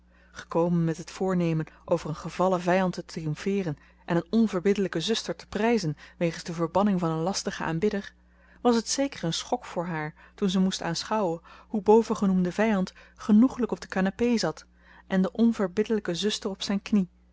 gekomen met het voornemen over een gevallen vijand te triomfeeren en een onverbiddelijke zuster te prijzen wegens de verbanning van een lastigen aanbidder was het zeker een schok voor haar toen ze moest aanschouwen hoe bovengenoemde vijand genoeglijk op de canapé zat en de onverbiddelijke zuster op zijn knie